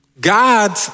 God